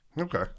Okay